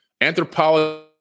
anthropology